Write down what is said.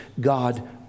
God